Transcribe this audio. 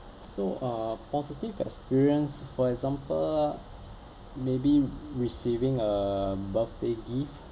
so uh positive experience for example maybe receiving a birthday gift